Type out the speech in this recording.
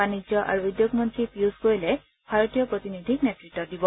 বাণিজ্য আৰু উদ্যোগ মন্ত্ৰী পিয়ুছ গোৱেলে ভাৰতীয় প্ৰতিনিধিক নেত়ত দিব